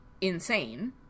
insane